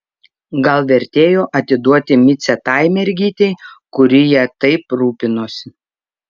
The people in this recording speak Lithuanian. gal vertėjo atiduoti micę tai mergytei kuri ja taip rūpinosi